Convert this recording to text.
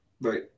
Right